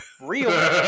real